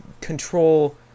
control